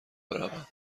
بروم